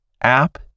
app